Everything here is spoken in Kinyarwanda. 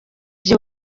gihe